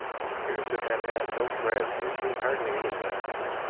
he appears to have had no friends and received hardly any letters.